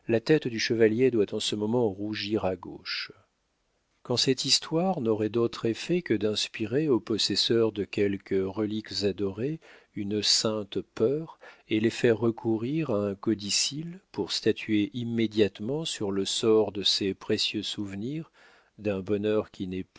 la tête du chevalier doit en ce moment rougir à gauche quand cette histoire n'aurait d'autre effet que d'inspirer aux possesseurs de quelques reliques adorées une sainte peur et les faire recourir à un codicille pour statuer immédiatement sur le sort de ces précieux souvenirs d'un bonheur qui